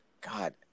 God